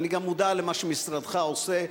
אני גם מודע למה שמשרדך עושה,